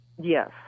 Yes